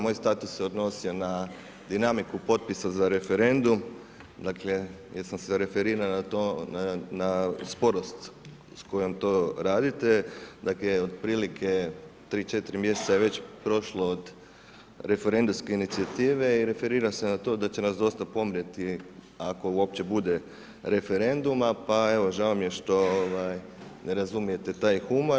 Moj status se odnosi na dinamiku potpisa za referendum, dakle jer sam se referirao na to, na sporost s kojom to radite, dakle otprilike 3, 4 mj. je već prošlo od referendumske inicijative i referira se na to da će nas dosta pomrijeti ako uopće bude referenduma pa evo žao mi je što ne razumijete taj humor.